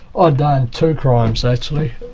ah done two crimes actually,